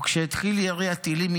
וכשהתחיל ירי הטילים,